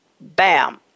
Bam